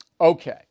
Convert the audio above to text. Okay